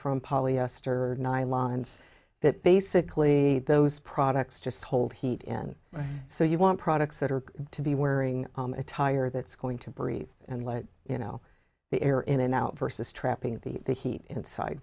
from polyester nylons that basically those products just hold heat in so you want products that are to be wearing a tire that's going to breathe and let you know the air in and out versus trapping the the heat inside